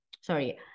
sorry